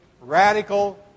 radical